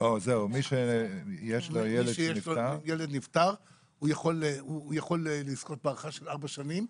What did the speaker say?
מי שיש לו ילד נפטר יכול לזכות בהארכה של ארבע שנים.